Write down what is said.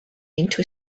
into